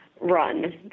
run